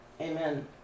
Amen